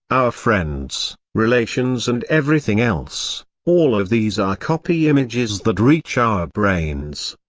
our friends, relations and everything else all of these are copy images that reach our brains.